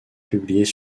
publiées